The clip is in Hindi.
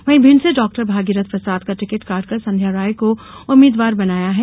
वहीं भिंड से डॉक्टर भागीरथ प्रसाद का टिकट काटकर संध्या राय को उम्मीदवार बनाया है